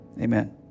Amen